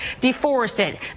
deforested